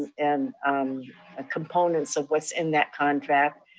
and components of what's in that contract.